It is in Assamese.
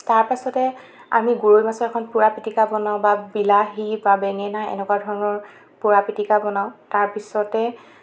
তাৰপাছতে আমি গৰৈ মাছৰ এখন পুৰা পিতিকা বনাও বা বিলাহী বা বেঙেনা এনেকুৱা ধৰণৰ পুৰা পিতিকা বনাও তাৰপিছতে